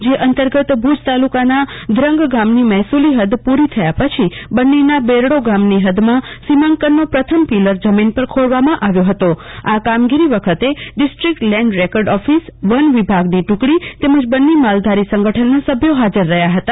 જે અંતર્ગત ભુજ તાલુકાના ધ્રંગ ગામની મહેસુલી હદ પુરી થયા પછી બન્નીના બેરડો ગામની હદ માં સીમાંકનનો પ્રથમ પીલર જમીન પર ખોડવામાં આવ્યો હતો આ કામગીરી વખતે ડિસ્ટ્રીક્ટ લેન્ડ રેકર્ડ ઓફિસ વન વિભાગની ટુકડી તેમજ બન્ની માલધારી સંગઠનના સભ્યો હાજર રહ્યા હતા